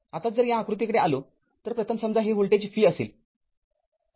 आता जर या आकृतीकडे आलो तर प्रथम समजा हे व्होल्टेज v असेल तर